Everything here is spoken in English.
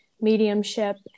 mediumship